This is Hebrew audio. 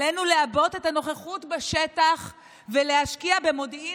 עלינו לעבות את הנוכחות בשטח ולהשקיע במודיעין